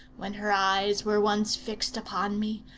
when her eyes were once fixed upon me,